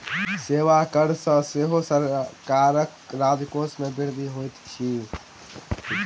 सेवा कर सॅ सेहो सरकारक राजकोष मे वृद्धि होइत छै